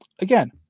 Again